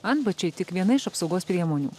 antbačiai tik viena iš apsaugos priemonių